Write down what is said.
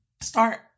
start